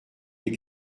les